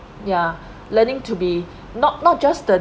ya learning to be not not just the